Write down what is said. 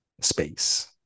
space